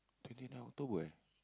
twenty nine October eh